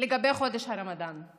לגבי חודש הרמדאן.